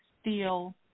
steel